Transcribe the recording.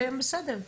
זה בסדר.